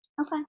okay